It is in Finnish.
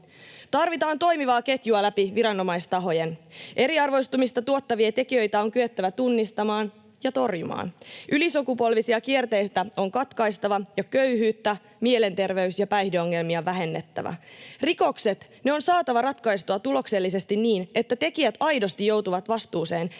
Tarvitaan toimivaa ketjua läpi viranomaistahojen. Eriarvoistumista tuottavia tekijöitä on kyettävä tunnistamaan ja torjumaan. Ylisukupolvisia kierteitä on katkaistava ja köyhyyttä, mielenterveys- ja päihdeongelmia vähennettävä. Rikokset, ne on saatava ratkaistua tuloksellisesti niin, että tekijät aidosti joutuvat vastuuseen